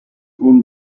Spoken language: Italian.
con